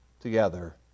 together